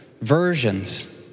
version's